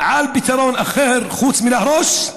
על פתרון אחר חוץ מלהרוס?